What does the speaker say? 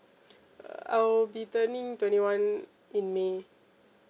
err I will be turning twenty one in may